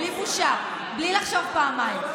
בלי בושה, בלי לחשוב פעמיים.